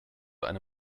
eine